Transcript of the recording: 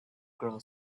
girl